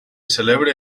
celebra